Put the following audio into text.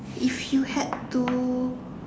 if you had to